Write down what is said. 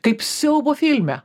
kaip siaubo filme